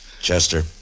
chester